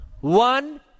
one